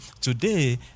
today